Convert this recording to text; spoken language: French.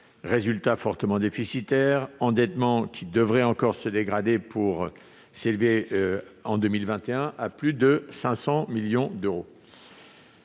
résultat fortement déficitaire et un endettement qui devrait encore se dégrader pour atteindre, en 2021, plus de 508 millions d'euros.